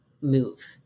move